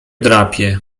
drapie